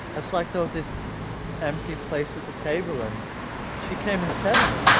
it's like there was this empty place at the table and she came and sat in it.